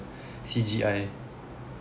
C_G_I